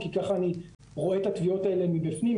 כי ככה אני רואה את התביעות האלה מבפנים.